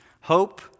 hope